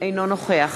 אינו נוכח